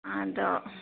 ꯑꯗꯣ